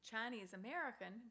Chinese-American